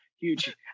huge